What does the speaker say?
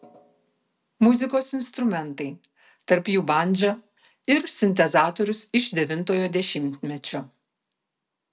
muzikos instrumentai tarp jų bandža ir sintezatorius iš devintojo dešimtmečio